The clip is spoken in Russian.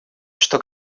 что